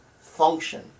function